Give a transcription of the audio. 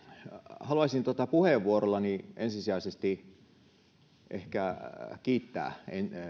haluaisin puheenvuorollani ensisijaisesti ehkä kiittää